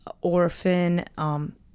Orphan